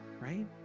right